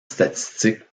statistique